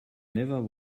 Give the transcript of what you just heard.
never